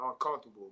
uncomfortable